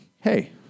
hey